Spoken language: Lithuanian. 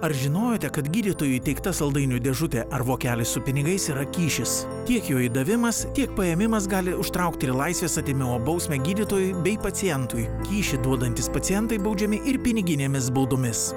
ar žinojote kad gydytojui įteikta saldainių dėžutė ar vokelis su pinigais yra kyšis tiek jo įdavimas tiek paėmimas gali užtraukti ir laisvės atėmimo bausmę gydytojui bei pacientui kyšį duodantis pacientai baudžiami ir piniginėmis baudomis